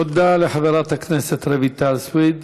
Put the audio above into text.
תודה לחברת הכנסת רויטל סויד.